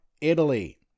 Italy